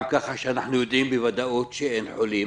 כך שאנחנו יודעים בוודאות שאין חולים,